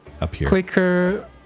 Clicker